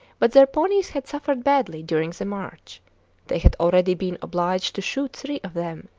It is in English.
but their ponies had suffered badly during the march they had already been obliged to shoot three of them,